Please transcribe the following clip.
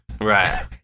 Right